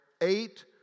eight